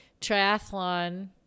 triathlon